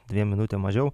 dviem minutėm mažiau